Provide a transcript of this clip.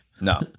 No